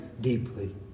deeply